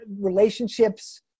relationships